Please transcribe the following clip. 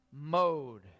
mode